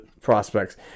prospects